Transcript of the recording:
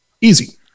Easy